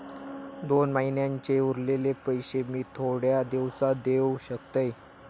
दोन महिन्यांचे उरलेले पैशे मी थोड्या दिवसा देव शकतय?